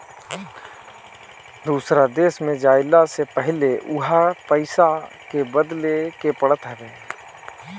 दूसरा देश में जइला से पहिले उहा के पईसा के बदले के पड़त हवे